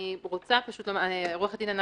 --- צר לי לומר